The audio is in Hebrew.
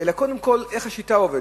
אלא קודם כול לשאלה איך השיטה עובדת,